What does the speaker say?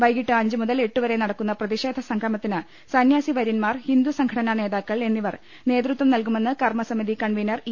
വൈകിട്ട് അഞ്ച് മുതൽ എട്ടുവരെ നടക്കുന്ന പ്രതി ഷേധ സംഗമത്തിന് സന്യാസിവര്യന്മാർ ഹിന്ദുസ്ടംഘടനാ നേതാ ക്കൾ എന്നിവർ നേതൃത്വം നൽകുമെന്ന് കർമ്സ്മിതി കൺവീനർ ഇ